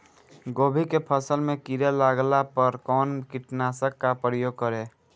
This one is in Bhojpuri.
गोभी के फसल मे किड़ा लागला पर कउन कीटनाशक का प्रयोग करे?